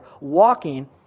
walking